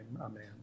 Amen